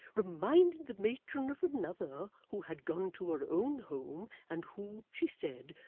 reminded the matron of another who had gone to her own home, and who, she said,